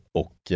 och